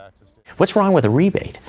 ah what's wrong with a rebate?